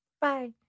Bye